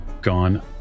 gone